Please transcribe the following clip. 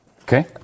Okay